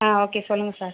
ஆ okay சொல்லுங்கள் sir